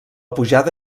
pujada